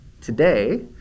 Today